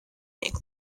england